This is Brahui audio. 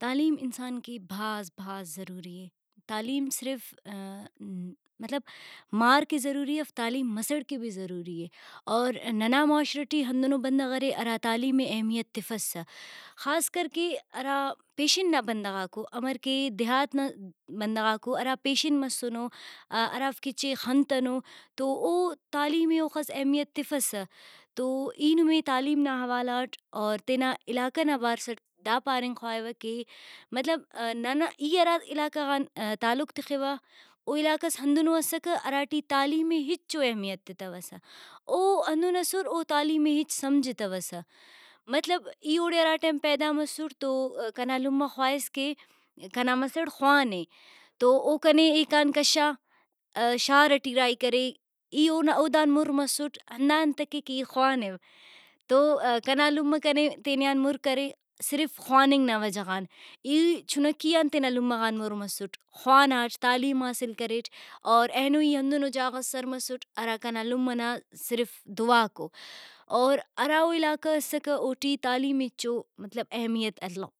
تعلیم انسان کہ بھاز بھاز ضروری اے تعلیم صرف مطلب مار کہ ضروری اف تعلیم مسڑ کہ بھی ضروری اے اور ننا معاشرہ ٹی ہندنو بندغ ارے ہرا تعلیم ئے اہمیت تفسہ خاصکر کہ ہرا پیشن نا بندغاکو ہمر کہ دیھات نا بندغاکو ہرا پیشن مسنو ہرافک ہچے خنتنو تو او تعلیمے اوخس اہمیت تفسہ تو ای نمے تعلیم نا حوالہ اٹ اور تینا علاقہ نا بارسٹ دا پاننگ خواہوہ کہ مطلب ننا ای ہرا علاقہ غان تعلق تخوہ او علاقس ہندنو اسکہ ہراٹی تعلیمے ہچو اہمیت تتوسہ ۔او ہندن اسر او تعیلمے ہچ سمجھتوسہ ۔مطلب ای اوڑے ہرا ٹائم پیدا مسٹ تو کنا لمہ خواہس کہ کنا مسڑ خوانے تو او کنے ایکان کشا شار ٹی راہی کرے ۔ای اودان مُر مسٹ ہندا انتکہ کہ ای خوانو تو کنا لمہ کنے تینے آن مُر کرے صرف خواننگ وجہ غان ای چُنکی آن تینا لمہ غان مُر مسٹ خواناٹ تعلیم حاصل کریٹ اور اینو ای ہندنو جاغس سر مسٹ ہراکنا لمہ نا صرف دعاکو اور ہرا او علاقہ اسکہ اوٹی تعلیمے ہچو مطلب اہمیت الو